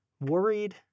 worried